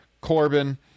Corbin